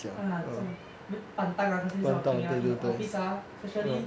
ah 这种 pantang cannot say this kind of thing ah in the office ah especially